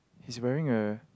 he is wearing a